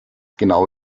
genau